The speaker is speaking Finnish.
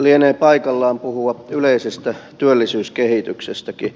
lienee paikallaan puhua yleisestä työllisyyskehityksestäkin